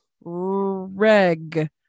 Reg